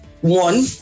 one